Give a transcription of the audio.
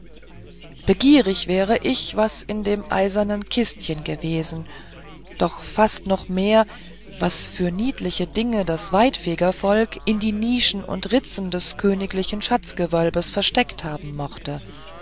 begierig wäre ich was in dem eisernen kistchen gewesen und fast noch mehr was für niedliche dinge das waidfeger volk in die nischen und ritzen des königlichen schatzgewölbs versteckt haben mochte